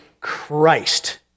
Christ